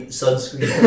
sunscreen